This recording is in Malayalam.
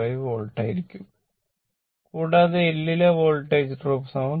5 വോൾട്ടേജ് ആയിരിക്കും കൂടാതെ L ലെ വോൾട്ടേജ് ഡ്രോപ്പ് 39